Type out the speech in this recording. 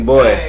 Boy